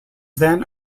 then